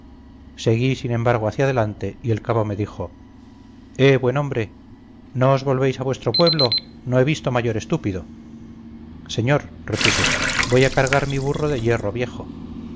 seguí sin embargo hacia adelante y el cabo me dijo eh buen hombre no os volvéis a vuestro pueblo no he visto mayor estúpido señor repuse voy a cargar mi burro de hierro viejo